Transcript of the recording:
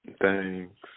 Thanks